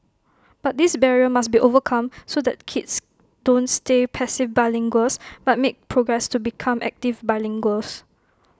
but this barrier must be overcome so that kids don't stay passive bilinguals but make progress to become active bilinguals